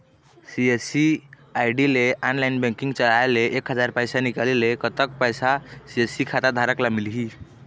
CSC ID ले online banking चलाए ले एक हजार पैसा निकाले ले कतक पैसा सी.एस.सी खाता धारक ला मिलही?